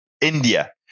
India